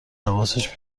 حواسش